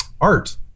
art